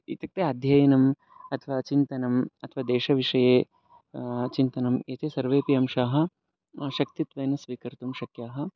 इत्युक्ते अध्ययनम् अथवा चिन्तनम् अथवा देशविषये चिन्तनम् इति सर्वेऽपि अंशाः शक्तित्वेन स्वीकर्तुं शक्याः